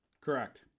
Correct